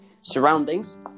surroundings